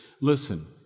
Listen